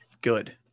Good